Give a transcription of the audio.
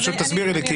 פשוט תסבירי לי.